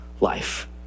life